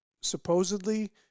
supposedly